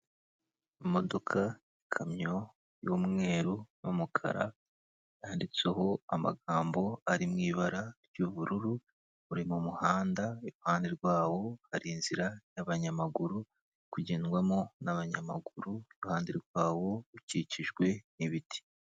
Imodoka, ikamyo y'umweru n'umukara, yanditseho amagambo ari mu ibara ry'ubururu, uri mu muhanda iruhande rwawo hari inzira y'abanyamaguru, uri kugendwamo n'abanyamaguru, iruhande rwawo ukikijwe n'ibiti.